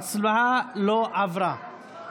ההצעה לא עברה,